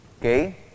Okay